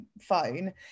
phone